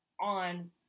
on